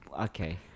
okay